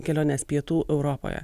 keliones pietų europoje